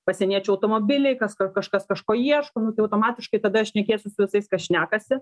pasieniečių automobiliai kas kažkas kažko ieško nu tai automatiškai tada šnekiesi su visais kas šnekasi